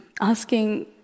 asking